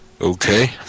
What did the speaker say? Okay